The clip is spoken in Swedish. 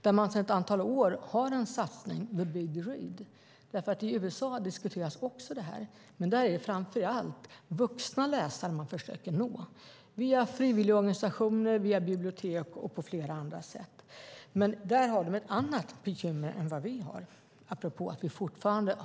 Där har man sedan ett antal år satsningen The Big Read. I USA diskuteras också detta, men där är det framför allt vuxna läsare man försöker nå via frivilligorganisationer, via bibliotek och på flera andra sätt. Där har det ett annat bekymmer än vad vi har. Vi har ju som sagt fortfarande